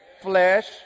flesh